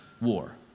war